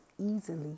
easily